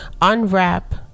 unwrap